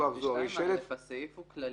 2(א) הוא סעיף כללי,